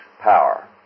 power